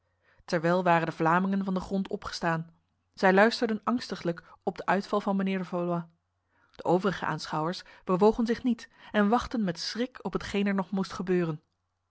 terwijl waren de vlamingen van de grond opgestaan zij luisterden angstiglijk op de uitval van mijnheer de valois de overige aanschouwers bewogen zich niet en wachtten met schrik op hetgeen er nog moest gebeuren